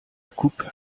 coupe